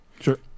Sure